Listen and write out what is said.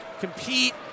compete